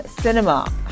cinema